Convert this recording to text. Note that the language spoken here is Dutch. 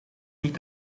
niet